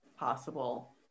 Possible